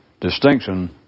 distinction